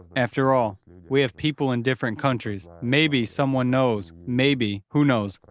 after all, we have people in different countries, maybe someone knows, maybe, who knows,